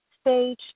stage